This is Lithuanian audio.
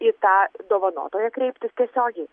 į tą dovanotoją kreiptis tiesiogiai